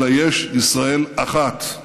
אלא יש ישראל אחת.